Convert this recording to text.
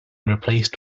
replaced